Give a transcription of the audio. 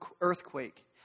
earthquake